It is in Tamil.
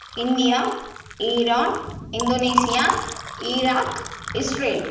India Iran Indonesia Iraq Israel